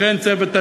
החשובות של